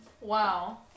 Wow